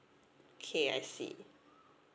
okay I see